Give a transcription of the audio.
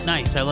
Nice